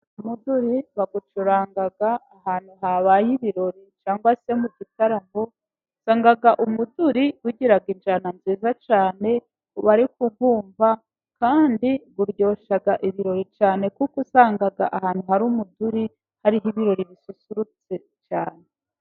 Umuduri bawucurangaga ahantu habaye ibirori cyangwa se mu gitaramo, asangaga umuduri wigirira injyana nziza cyane kubari kuwumva, kandi iryoshya ibirori cyane, kuko usanga ahantu hari umuduri, hari ibirori bisusurutse cyane.